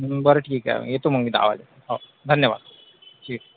बर ठीक आहे येतो मग मी दहा वाजेप हो धन्यवाद ठीक आहे